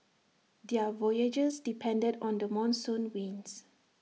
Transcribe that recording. their voyages depended on the monsoon winds